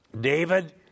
David